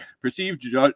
perceived